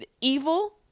evil